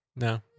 No